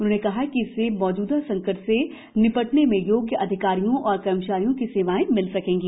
उन्होंने कहा कि इससे मौजूदा संकट से निपटने में योग्य अधिकारियों और कर्मचारियों की सेवाएँ मिल सकेंगी